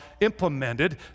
implemented